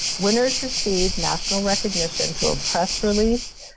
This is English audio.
winners received national recognition to a press release,